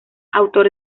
autor